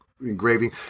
engraving